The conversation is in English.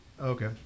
okay